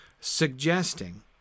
suggesting